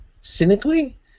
cynically